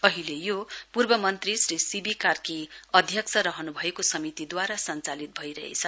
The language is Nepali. अहिले यो पूर्व मन्त्री श्री सी वी कार्की अध्यक्ष रहनुभएको समितिदूवारा सञ्चालित भइरहेछ